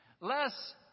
Less